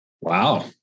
Wow